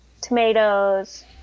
Tomatoes